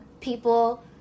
people